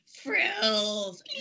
frills